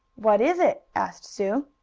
what is it? asked sue.